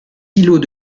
îlots